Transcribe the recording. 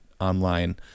online